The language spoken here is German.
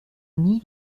nie